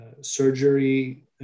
surgery